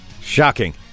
Shocking